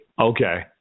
Okay